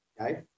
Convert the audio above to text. okay